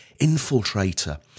infiltrator